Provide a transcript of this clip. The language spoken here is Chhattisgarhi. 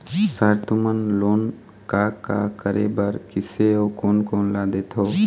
सर तुमन लोन का का करें बर, किसे अउ कोन कोन ला देथों?